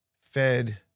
Fed